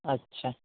اچھا